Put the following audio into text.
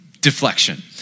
Deflection